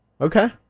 Okay